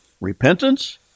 repentance